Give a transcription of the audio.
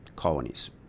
colonies